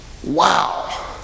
Wow